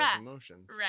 emotions